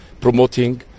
promoting